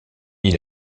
île